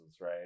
right